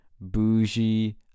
bougie